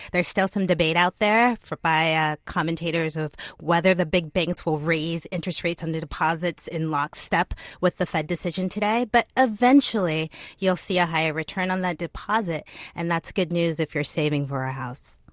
there is still some debate out there by ah commentators of whether the big banks will raise interest rates on the deposits in lockstep with the fed decision today, but eventually you'll see a higher return on that deposit and that's good news if you are saving for a house.